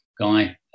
guy